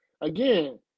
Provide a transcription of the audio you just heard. again